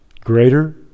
Greater